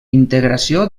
integració